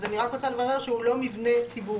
אז אני רק רוצה לברר שהוא לא מבנה ציבורי.